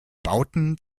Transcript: bauten